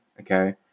okay